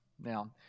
Now